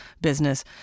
business